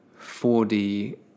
4D